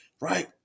right